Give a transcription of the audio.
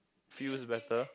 feels better